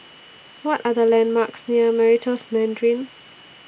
What Are The landmarks near Meritus Mandarin